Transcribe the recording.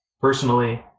personally